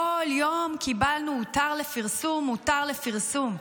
כל יום קיבלנו "הותר לפרסום", "הותר לפרסום".